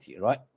right